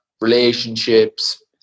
relationships